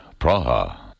Praha